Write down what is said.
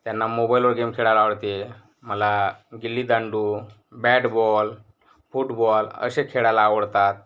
त्यांना मोबाईलवर गेम खेळायला आवडते मला गिल्लीदांडू बॅटबॉल फूटबॉल असे खेळायला आवडतात